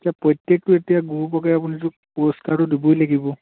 এতিয়া প্ৰত্যেকটো এতিয়া গ্ৰুপকে আপুনিটো পুৰস্কাৰটো দিবই লাগিব